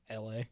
LA